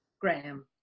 Graham